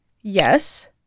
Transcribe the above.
Yes